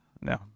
no